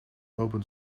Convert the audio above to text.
opent